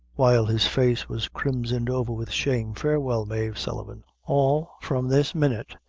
while his face was crimsoned over with shame farewell, mave sullivan all, from this minute,